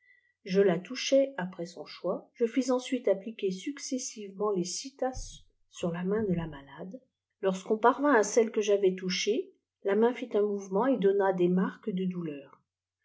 je u louchai d'après son choix î je fis ensuite appliquer siiccessiveraenl les si tasses sur la main de la malade lorsqu'on parvint à celle que j'avais tou chée la main fit un mouvement et donna des marques de douleur